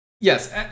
Yes